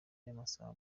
y’amasaha